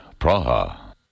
Praha